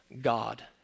God